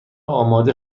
آماده